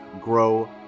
Grow